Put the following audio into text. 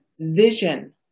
vision